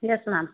yes ma'am